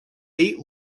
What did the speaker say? eight